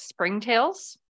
Springtails